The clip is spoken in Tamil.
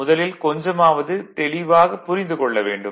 முதலில் கொஞ்சமாவது தெளிவாகப் புரிந்து கொள்ள வேண்டும்